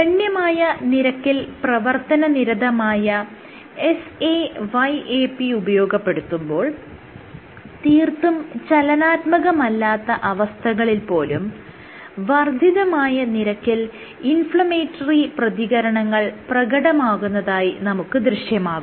ഗണ്യമായ നിരക്കിൽ പ്രവർത്തന നിരതമായ SA YAP ഉപയോഗപ്പെടുത്തുമ്പോൾ തീർത്തും ചലനാത്മകമല്ലാത്ത അവസ്ഥകളിൽ പോലും വർദ്ധിതമായ നിരക്കിൽ ഇൻഫ്ലമേറ്ററി പ്രതികരണങ്ങൾ പ്രകടമാകുന്നതായി നമുക്ക് ദൃശ്യമാകും